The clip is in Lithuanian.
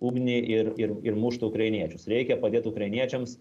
ugnį ir ir ir muštų ukrainiečius reikia padėt ukrainiečiams